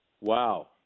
Wow